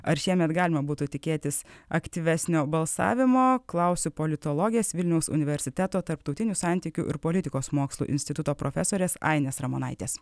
ar šiemet galima būtų tikėtis aktyvesnio balsavimo klausiu politologės vilniaus universiteto tarptautinių santykių ir politikos mokslų instituto profesorės ainės ramonaitės